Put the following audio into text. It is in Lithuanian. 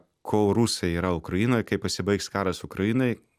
kol rusai yra ukrainoje kai pasibaigs karas ukrainoj